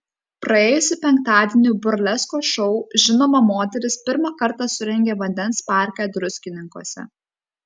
praėjusį penktadienį burleskos šou žinoma moteris pirmą kartą surengė vandens parke druskininkuose